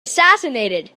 assassinated